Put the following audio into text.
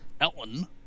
Elton